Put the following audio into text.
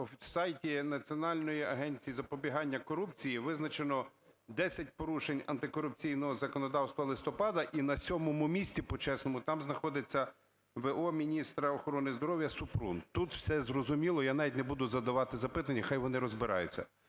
на сайті Національної агенції запобігання корупції визначено 10 порушень антикорупційного законодавства листопада і на 7 місці, почесному, там знаходиться в.о. міністра охорони здоров'я Супрун, тут все зрозуміло, я навіть не буду задавати запитання, хай вони розбираються.